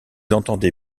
entendez